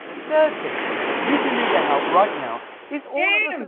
the third thing you can do to help right now is. ah